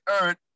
earth